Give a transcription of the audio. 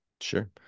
Sure